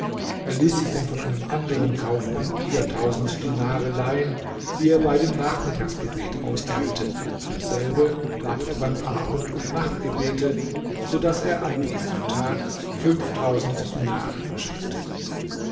er ließ sich dann von einem anderen kaufmann wieder tausend dinare leihen die er bei dem nachmittagsgebet austeilte dasselbe tat er beim abend und nachtgebete so daß er an diesem tag fünftausend dinare verschenkte